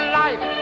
life